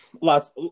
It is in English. lots